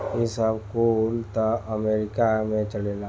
ई सब कुल त अमेरीका में चलेला